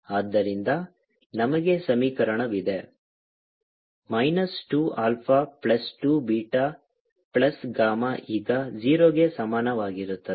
ಆದ್ದರಿಂದ ನಮಗೆ ಸಮೀಕರಣವಿದೆ minus 2 alpha plus 2 beta plus gamma ಈಗ 0 ಗೆ ಸಮಾನವಾಗಿರುತ್ತದೆ